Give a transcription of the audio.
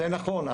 זה נכון.